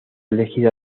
elegida